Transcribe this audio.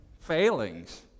failings